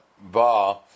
Bar